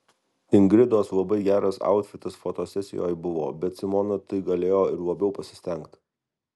ingridos labai geras autfitas fotosesijoj buvo bet simona tai galėjo ir labiau pasistengt